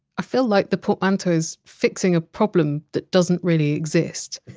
i feel like the portmanteau is fixing a problem that doesn't really exist.